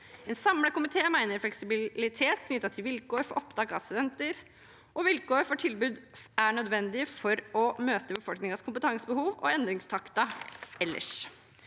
En samlet komité mener at fleksibilitet knyttet til vilkår for opptak av studenter og vilkår for tilbud er nødvendig for å møte befolkningens kompetansebehov og endringstakten ellers.